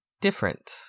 different